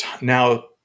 now